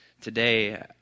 today